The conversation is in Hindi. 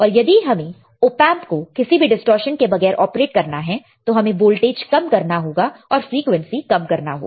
और यदि हमें ऑपएंप को किसी भी डिस्टॉर्शन के बगैर ऑपरेट करना है तो हमें वोल्टेज कम करना होगा और फ्रीक्वेंसी कम करना होगा